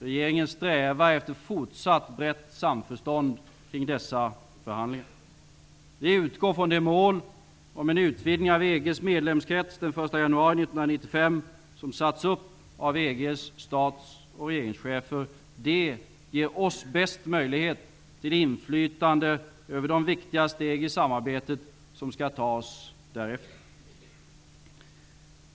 Regeringen strävar efter fortsatt brett samförstånd kring dessa förhandlingar. Vi utgår från målet om den utvidgning av EG:s medlemskrets den 1 januari 1995 som satts upp av EG:s stats och regeringschefer. Det ger oss bäst möjlighet till inflytande över de viktiga steg i samarbetet som skall tas därefter.